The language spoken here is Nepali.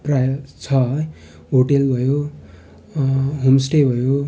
प्रायः छ होटल भयो होमस्टे भयो